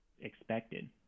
expected